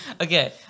Okay